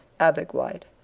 abegweit,